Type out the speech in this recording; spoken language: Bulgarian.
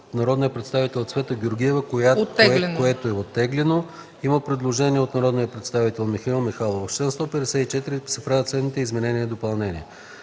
народния представител Цвета Георгиева, което е оттеглено. Предложение от народния представител Михаил Михайлов: „В чл. 154 се правят следните изменения и допълнения: